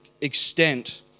extent